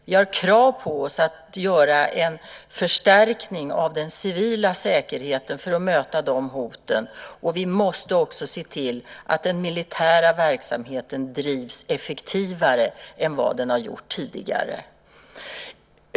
Vi har krav på oss att göra en förstärkning av den civila säkerheten för att möta hoten. Vi måste också se till att den militära verksamheten bedrivs effektivare än den tidigare skötts.